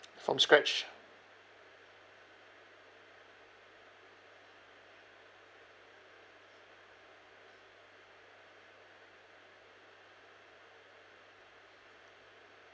from scratch